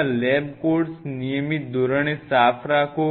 તમારા lab coats નિયમિત ધોરણે સાફ રાખો